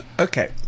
Okay